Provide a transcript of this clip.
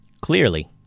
Clearly